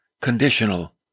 conditional